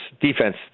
defense